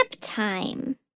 time